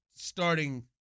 starting